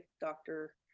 doctor